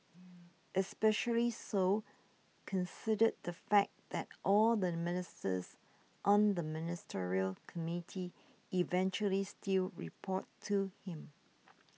especially so consider the fact that all the ministers on the ministerial committee eventually still report to him